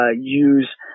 use